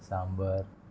sambar